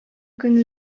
көн